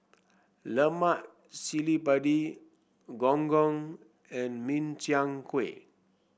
Lemak Cili Padi Gong Gong and Min Chiang Kueh